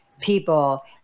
people